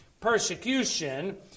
persecution